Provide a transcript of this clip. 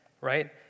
right